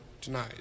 tonight